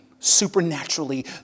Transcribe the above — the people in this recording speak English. Supernaturally